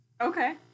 Okay